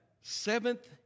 seventh